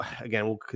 again